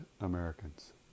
Americans